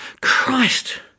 Christ